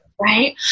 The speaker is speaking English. right